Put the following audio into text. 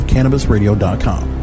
CannabisRadio.com